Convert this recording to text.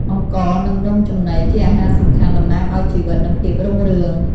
អង្ករ និងនំចំណី ជាអាហារសំខាន់ តំណាងឱ្យជីវិត និងភាពរុងរឿង។